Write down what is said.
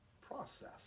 process